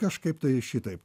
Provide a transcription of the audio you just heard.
kažkaip tai šitaip